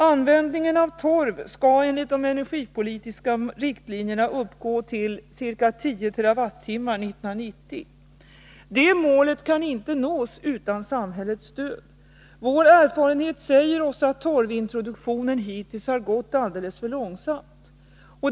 Användningen av torv skall enligt de energipolitiska riktlinjerna uppgå till ca 10 TWh 1990. Det målet kan inte nås utan samhällets stöd. Vår erfarenhet säger oss att torvintroduktionen hittills har gått alldeles för långsamt.